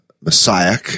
Messiah